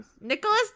Nicholas